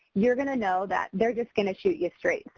you're gonna know that they're just gonna shoot you straight.